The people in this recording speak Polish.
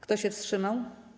Kto się wstrzymał?